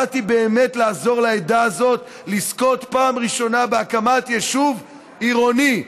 באתי באמת לעזור לעדה הזאת לזכות בפעם הראשונה בהקמת יישוב עירוני,